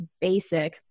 basic